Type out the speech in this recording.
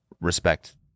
respect